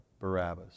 Barabbas